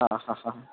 हां हां हां हां